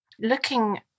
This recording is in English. Looking